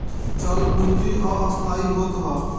चल पूंजी अस्थाई होत हअ